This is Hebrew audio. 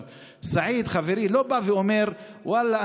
סעיד חברי לא בא ואומר: ואללה,